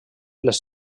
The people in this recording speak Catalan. les